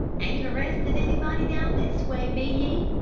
ain't arrestin' anybody down this way, be ye?